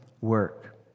work